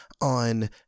on